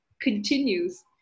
continues